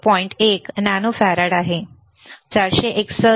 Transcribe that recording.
1 nano farad आहे बरोबर 461 464